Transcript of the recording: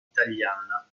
italiana